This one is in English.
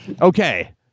Okay